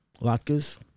latkes